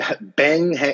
bang